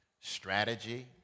strategy